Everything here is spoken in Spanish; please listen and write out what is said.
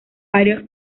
varios